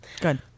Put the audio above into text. Good